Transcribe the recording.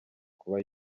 kuba